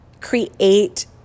create